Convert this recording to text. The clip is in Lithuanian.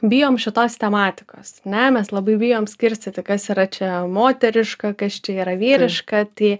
bijom šitos tematikos ne mes labai bijom skirstyti kas yra čia moteriška kas čia yra vyriška tai